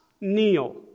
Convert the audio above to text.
kneel